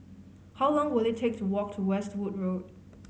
how long will it take to walk to Westwood Road